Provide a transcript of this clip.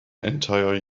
entire